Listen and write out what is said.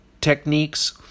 techniques